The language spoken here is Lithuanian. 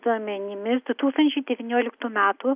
duomenimis du tūkstančiai devynioliktų metų